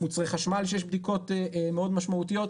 מוצרי חשמל שיש בדיקות מאוד משמעותיות.